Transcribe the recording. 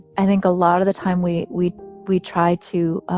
i think a lot of the time we we we try to.